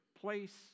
place